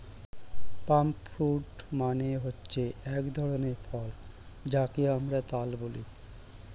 পাম fruit মানে হচ্ছে এক ধরনের ফল যাকে আমরা তাল বলি